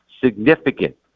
significant